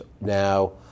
now